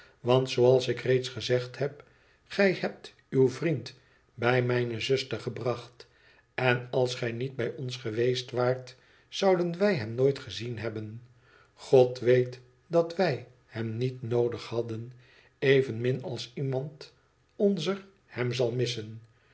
want zooals ik reeds gezegd heb gij hebt uw vriend bij mijne zuster gebracht en als gij niet bij ons geweest waart zouden wij hem nooit gezien hebben god weet dat wij hem niet noodig hadden evenmin als iemand onzer hem zal missen